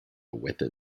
with